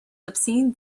obscene